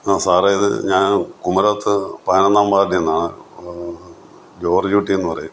ആ സാറേ ഇത് ഞാൻ കുമരകത്ത് പതിനൊന്നാം വാർഡിന്നാണ് ജോർജുട്ടീന്ന് പറയും